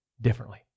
differently